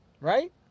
Right